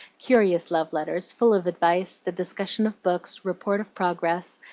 curious love letters full of advice, the discussion of books, report of progress,